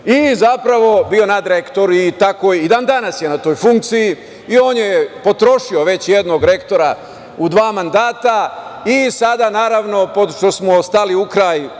i zapravo bio nadrektor i dan-danas je na toj funkciji. On je potrošio već jednog rektora u dva mandata i sada, naravno, pošto smo stali ukraj,